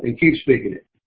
and keep speaking it.